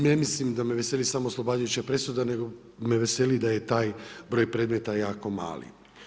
Ne mislim da me veseli samo oslobađajuća presuda, nego me veseli da je taj broj predmeta jako mali.